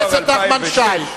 חבר הכנסת נחמן שי,